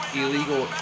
illegal